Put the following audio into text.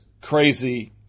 crazy